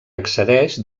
accedeix